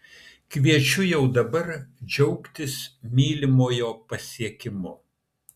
kviečiu jau dabar džiaugtis mylimojo pasiekimu